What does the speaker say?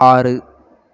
ஆறு